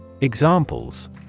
Examples